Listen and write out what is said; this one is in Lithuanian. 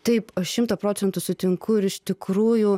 taip aš šimta procentų sutinku ir iš tikrųjų